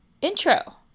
Intro